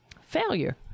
failure